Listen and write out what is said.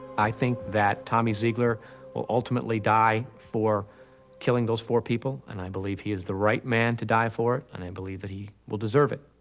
i think that tommy zeigler will ultimately die for killing those four people and i believe he has the right man to die for it and i believe that he will deserve it.